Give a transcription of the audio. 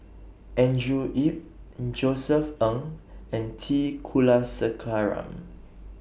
Andrew Yip Josef Ng and T Kulasekaram